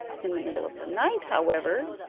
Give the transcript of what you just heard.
in the middle of the night, however,